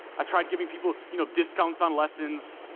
i tried giving people you know discounts on lessons.